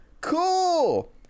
Cool